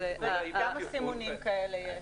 שאין --- כמה סימונים כאלה יש?